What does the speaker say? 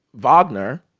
wagner,